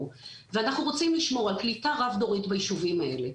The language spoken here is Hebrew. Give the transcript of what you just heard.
ואנחנו רוצים לשמור על קליטה רב דורית ביישובים האלה,